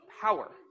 power